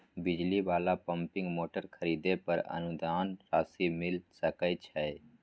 बिजली वाला pumping motor खरीदे पर अनुदान राशि मिल सके छैय?